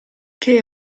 che